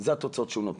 זה התוצאות שהוא נותן.